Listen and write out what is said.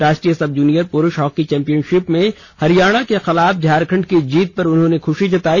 राष्ट्रीय सब जूनियर पुरुष हॉकी चौंपियनशिप में हरियाणा के खिलाफ झारखंड की जीत पर उन्होंने ख्शी जताई